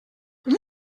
mon